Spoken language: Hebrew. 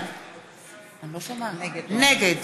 נגד